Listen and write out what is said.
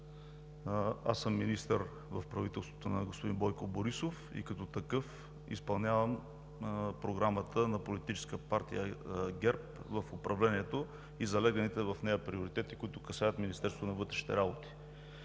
аз съм министър в правителството на господин Бойко Борисов и като такъв изпълнявам програмата на Политическа партия ГЕРБ в управлението и залегналите в нея приоритети, които касаят Министерството на вътрешните работи.